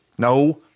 No